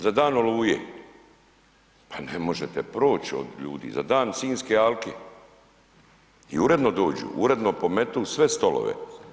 Za Dan oluje pa ne možete proć od ljudi, za Dan sinjske alke i uredno dođu, uredno pometu sve stolove.